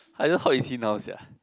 I just hope he see now sia